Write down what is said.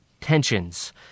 tensions